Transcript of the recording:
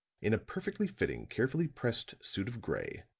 in a perfectly fitting, carefully pressed suit of gray,